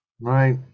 Right